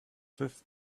fifth